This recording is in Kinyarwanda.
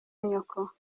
nyoko